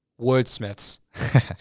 Wordsmiths